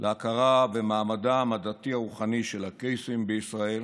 להכרה במעמדם הדתי הרוחני של הקייסים בישראל